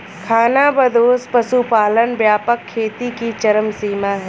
खानाबदोश पशुपालन व्यापक खेती की चरम सीमा है